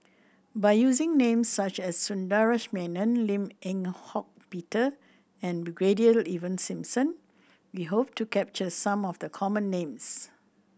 by using names such as Sundaresh Menon Lim Eng Hock Peter and Brigadier Ivan Simson we hope to capture some of the common names